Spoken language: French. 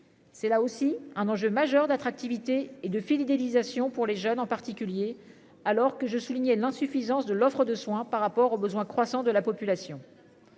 C'est là aussi un enjeu majeur d'attractivité et de fidélisation pour les jeunes en particulier alors que je souligner l'insuffisance de l'offre de soins par rapport aux besoins croissants de la population.